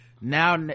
now